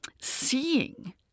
seeing